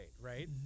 right